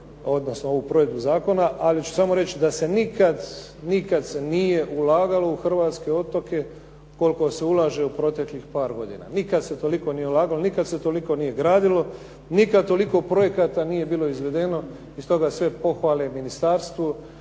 podržati ovu provedbu zakona. Ali ću samo reći da se nikada se nije ulagalo u hrvatske otoke koliko se ulaže u proteklih par godina. Nikada se nije toliko nije ulagalo, nikada se nije toliko gradilo, nikada nije toliko projekata nije bilo izvedeno i stoga sve pohvale Ministarstvu,